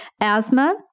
Asthma